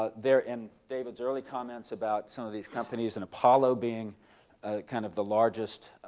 ah there in david's early comments about some of these companies, and apollo being kind of the largest